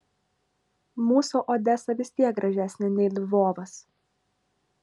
mūsų odesa vis tiek gražesnė nei lvovas